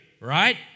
right